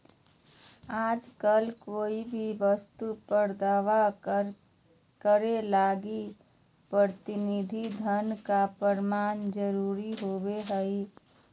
आजकल कोय भी वस्तु पर दावा करे लगी प्रतिनिधि धन के प्रमाण जरूरी होवो हय